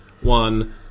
one